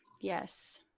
Yes